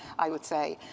i would say,